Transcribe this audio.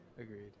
Agreed